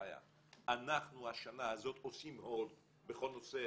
אנחנו השנה הזאת עושים hold בכל נושא